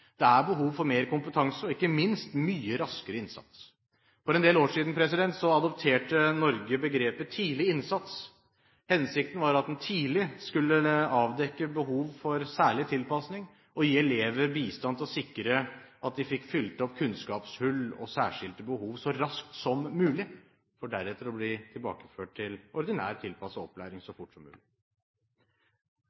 Det er behov for mer kompetanse og ikke minst mye raskere innsats. For en del år siden adopterte Norge begrepet «tidlig innsats». Hensikten var at en tidlig skulle avdekke behov for særlig tilpasning, og gi elever bistand til å sikre at de fikk fylt opp kunnskapshull og særskilte behov så raskt som mulig, for deretter å bli tilbakeført til ordinær, tilpasset opplæring så